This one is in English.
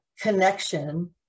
connection